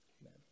Amen